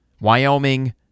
Wyoming